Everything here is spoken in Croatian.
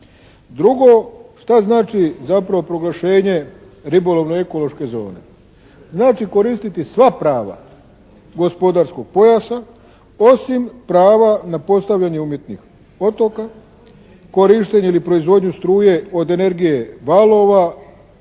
Drugo, šta znači zapravo proglašenje ribolovno-ekološke zone? Znači koristiti sva prava gospodarskog pojasa osim prava na postavljanje umjetnih otoka, korištenje ili proizvodnju struje od energije valova,